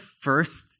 first